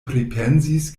pripensis